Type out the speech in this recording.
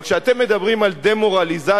אבל כשאתם מדברים על דמורליזציה,